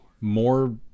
more